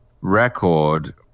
record